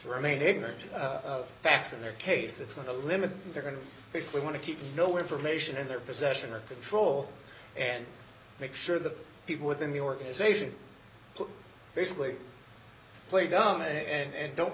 remain ignorant of facts in their case that's going to limit they're going to basically want to keep the information in their possession or control and make sure that people within the organization basically play dumb and don't